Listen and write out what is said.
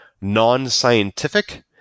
non-scientific